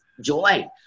joy